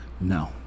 No